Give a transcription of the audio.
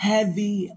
Heavy